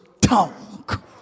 tongue